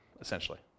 essentially